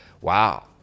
wow